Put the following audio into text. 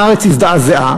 הארץ הזדעזעה,